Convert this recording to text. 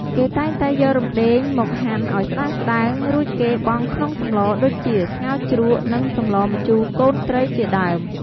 គេតែងតែយករំដេងមកហាន់ឱ្យស្តើងៗ រួចគេបង់ក្នុងសម្លដូចជា ស្ងោរជ្រក់និងសម្លម្ជូរកូនត្រីជាដើម។